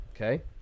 Okay